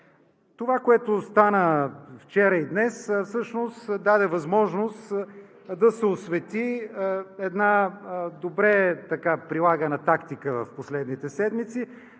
Това, което стана вчера и днес всъщност даде възможност да се освети една добре прилагана тактика в последните седмици